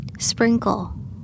Sprinkle